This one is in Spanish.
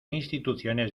instituciones